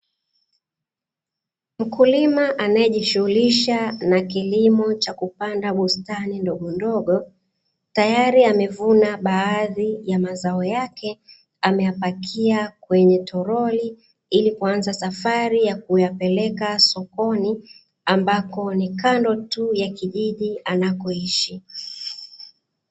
Mkulima anayejishughulisha na kilimo cha kupanda bustani ndogondogo, tayari amevuna baadhi ya mazao yake, ameyapakia kwenye toroli ili kuanza safari ya kuyapeleka sokoni, ambako ni kando tu ya kijiji anakoishi.